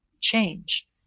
change